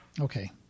okay